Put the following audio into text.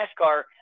NASCAR